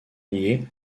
lié